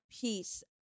peace